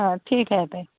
हां ठीक आहे ताई